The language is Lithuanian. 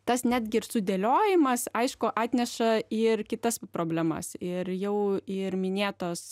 tas netgi ir sudėliojimas aišku atneša ir kitas problemas ir jau ir minėtos